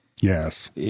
Yes